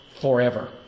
forever